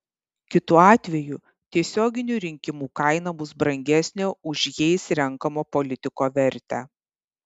kitu atveju tiesioginių rinkimų kaina bus brangesnė už jais renkamo politiko vertę